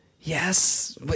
Yes